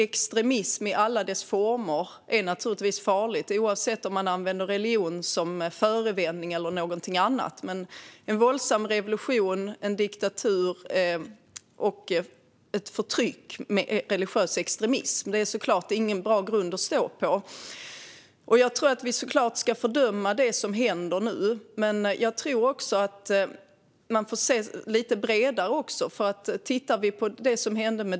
Extremism i alla dess former är naturligtvis farligt, oavsett om man använder religion eller någonting annat som förevändning. En våldsam revolution, en diktatur och ett förtryck med religiös extremism är såklart ingen bra grund att stå på. Naturligtvis ska vi fördöma det som händer nu, men jag tror också att man får se det lite bredare.